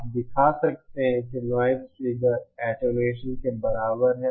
आप दिखा सकते हैं कि यह नॉइज़फिगर एटेन्यूएसन के बराबर है